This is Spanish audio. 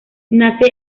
nace